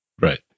Right